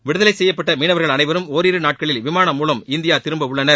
விடுதலை செய்யப்பட்ட மீனவர்கள் அனைவரும் ஓரிரு நாட்களில் விமானம் மூலம் இந்தியா திரும்பவுள்ளனர்